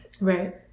right